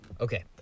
Okay